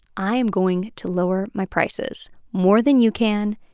i'm going to lower my prices more than you can.